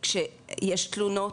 כשיש תלונות,